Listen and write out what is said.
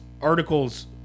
articles